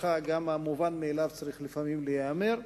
גם המובן מאליו צריך לפעמים להיאמר.